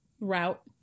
route